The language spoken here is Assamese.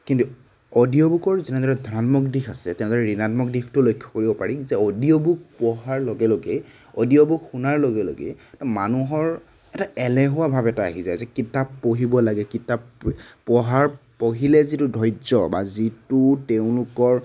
কিন্তু অডিঅ' বুকৰ যেনেদৰে ধণাত্মক দিশ আছে তেনেদৰে ঋণাত্মক দিশটো লক্ষ্য কৰিব পাৰি যে অডিঅ' বুক পঢ়াৰ লগে লগে অডিঅ' বুক শুনাৰ লগে লগে মানুহৰ এটা এলেহুৱা ভাব এটা আহি যায় যে কিতাপ পঢ়িব লাগে কিতাপ পঢ়াৰ পঢ়িলে যিটো ধৈৰ্য বা যিটো তেওঁলোকৰ